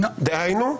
דהיינו,